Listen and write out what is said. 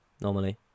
normally